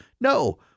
No